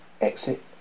Exit